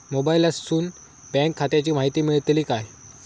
मोबाईलातसून बँक खात्याची माहिती मेळतली काय?